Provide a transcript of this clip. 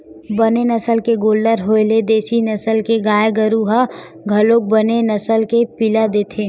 बने नसल के गोल्लर होय ले देसी नसल के गाय गरु ह घलोक बने नसल के पिला देथे